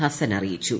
ഹസ്നൻ അറിയിച്ചു